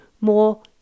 more